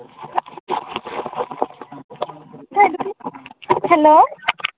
hello